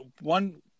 one